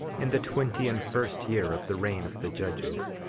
in the twenty and first year of the reign of the judges.